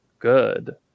good